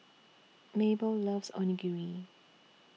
Mabelle loves Onigiri